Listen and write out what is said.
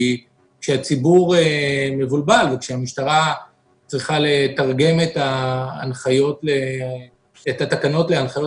כשהציבור מבולבל וכשהמשטרה צריכה לתרגם את התקנות להנחיות